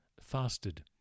fasted